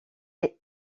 est